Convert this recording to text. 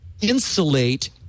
insulate